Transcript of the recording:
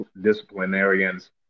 disciplinarians